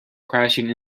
crashing